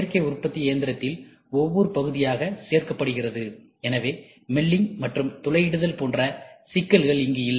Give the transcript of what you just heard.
சேர்க்கை உற்பத்தி இயந்திரத்தில் ஒவ்வொரு பகுதியாக சேர்க்கப்படுகிறது எனவே மில்லிங் மற்றும் துளையிடுதல் போன்ற சிக்கலானது இங்கு இல்லை